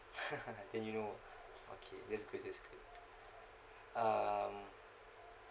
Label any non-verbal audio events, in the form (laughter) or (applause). (laughs) then you know okay that's good that's good um